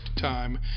time